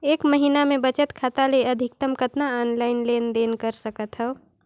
एक महीना मे बचत खाता ले अधिकतम कतना ऑनलाइन लेन देन कर सकत हव?